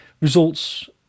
results